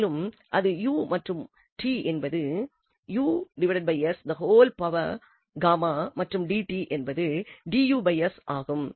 மேலும் அது u மற்றும் இந்த t என்பது மற்றும் dt என்பது ஆகும்